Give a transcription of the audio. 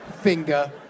finger